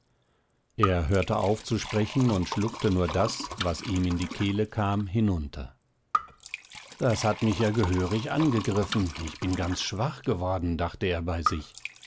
er hörte auf zu sprechen und schluckte nur das was ihm in die kehle kam hinunter das hat mich ja gehörig angegriffen ich bin ganz schwach geworden dachte er bei sich